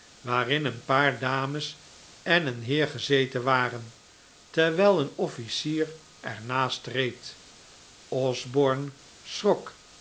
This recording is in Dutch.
waarin een paar dames en een heer gezeten waren terwijl een officier er naast reed osborne schrok